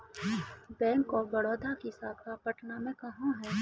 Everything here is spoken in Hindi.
बैंक ऑफ बड़ौदा की शाखा पटना में कहाँ है?